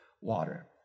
water